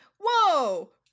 whoa